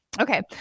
Okay